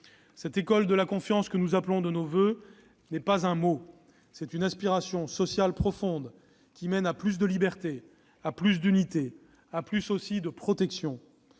Cette école de la confiance que nous appelons de nos voeux est non pas un mot, mais une aspiration sociale profonde conduisant à plus de liberté, plus d'unité et aussi plus de protection.